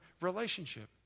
relationship